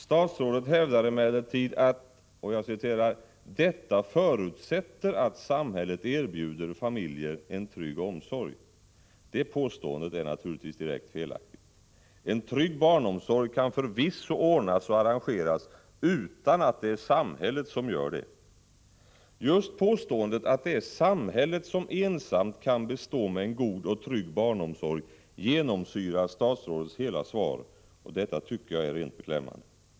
Statsrådet hävdar emellertid: ”Det förutsätter att samhället erbjuder familjen en trygg barnomsorg.” ; Det påståendet är naturligtvis direkt felaktigt. En trygg barnomsorg kan förvisso ordnas och arrangeras utan att det är samhället som gör det. Just påståendet att det är samhället som ensamt kan bestå en god och trygg barnomsorg genomsyrar statsrådets hela svar, och detta tycker jag är rent beklämmande.